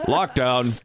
Lockdown